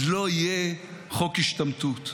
אז לא יהיה חוק השתמטות.